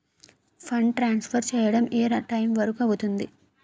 Fund transfer చేయడం ఏ time వరుకు అవుతుంది?